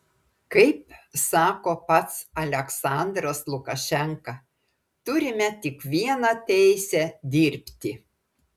kaip sako pats aliaksandras lukašenka turime tik vieną teisę dirbti